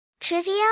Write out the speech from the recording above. Trivia